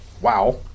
wow